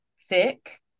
thick